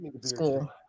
school